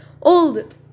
old